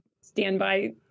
standby